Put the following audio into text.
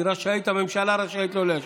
היא רשאית, הממשלה רשאית לא להשיב.